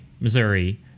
Missouri